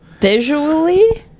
Visually